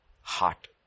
heart